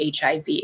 HIV